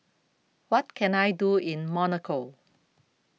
What Can I Do in Monaco